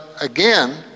again